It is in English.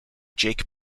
jake